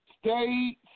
Stay